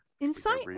insight